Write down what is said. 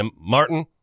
Martin